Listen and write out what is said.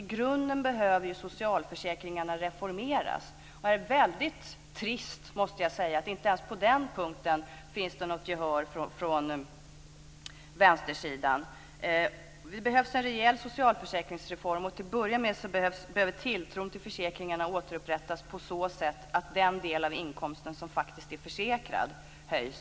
I grunden behöver socialförsäkringarna reformeras, och jag måste säga att det är väldigt trist att det inte ens på den punkten finns något gehör från vänstersidan. Det behövs en rejäl socialförsäkringsreform. Till att börja med behöver tilltron till försäkringarna återupprättas på så sätt att den del av inkomsten som faktiskt är försäkrad höjs.